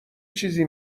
چیزی